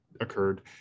occurred